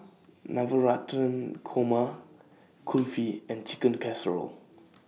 Navratan Korma Kulfi and Chicken Casserole